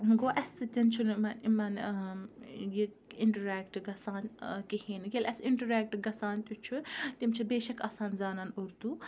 گوٚو اَسہِ سۭتۍ چھُنہٕ یِمَن یِمَن یہِ اِنٹَریکٹ گژھان کِہیٖنۍ نہٕ ییٚلہِ اَسہِ اِنٹَریکٹ گژھان تہِ چھُ تِم چھِ بے شک آسان زانَن اُردوٗ